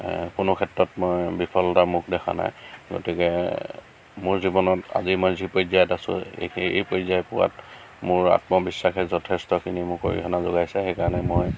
কোনো ক্ষেত্ৰত মই বিফলতাৰ মুখ দেখা নাই গতিকে মোৰ জীৱনত আজি মই যি পৰ্যায়ত আছোঁ এইখিনি এই পৰ্যায় পোৱাত মোৰ আত্মবিশ্বাসে যথেষ্টখিনি মোক অৰিহনা যোগাইছে সেইকাৰণে মই